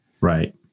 Right